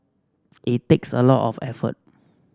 it takes a lot of effort